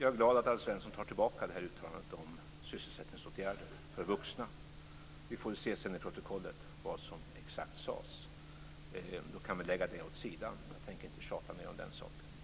Jag är glad åt att Alf Svensson tar tillbaka uttalandet om sysselsättningsåtgärder för vuxna. Jag tänker inte tjata mer om den saken.